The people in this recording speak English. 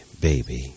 Baby